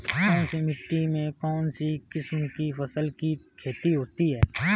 कौनसी मिट्टी में कौनसी किस्म की फसल की खेती होती है?